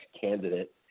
candidate